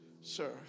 Sir